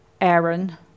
Aaron